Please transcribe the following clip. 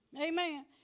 Amen